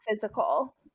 physical